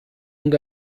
und